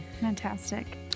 Fantastic